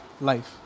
life